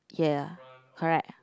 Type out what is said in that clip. ya correct